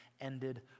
ended